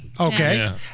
Okay